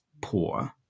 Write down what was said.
poor